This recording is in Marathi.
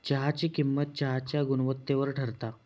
चहाची किंमत चहाच्या गुणवत्तेवर ठरता